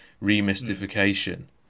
re-mystification